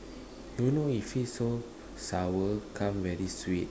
don't know it feels so sour come very sweet